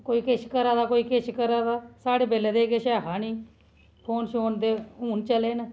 कोई किश करा दा कोई किश करा दा साढ़े बेल्लै ते एह् किश ऐ हा नेईं फोन शोन ते हून चले न